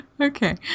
Okay